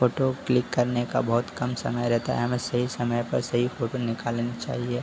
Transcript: photo click करने का बहुत कम समय रहता है हमें सही समय पर सही फोटो निकाल लेनी चाहिए